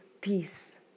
peace